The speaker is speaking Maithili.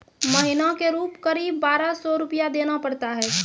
महीना के रूप क़रीब बारह सौ रु देना पड़ता है?